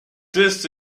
this